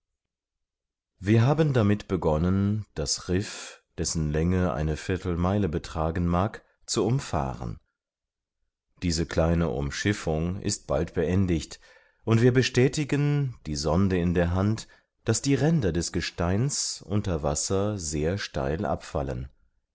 wir haben damit begonnen das riff dessen länge eine viertelmeile betragen mag zu umfahren diese kleine umschiffung ist bald beendigt und wir bestätigen die sonde in der hand daß die ränder des gesteins unter wasser sehr steil abfallen